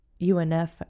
UNF